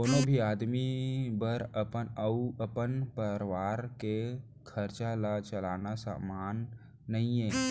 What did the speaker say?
कोनो भी आदमी बर अपन अउ अपन परवार के खरचा ल चलाना सम्मान नइये